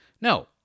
No